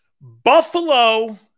Buffalo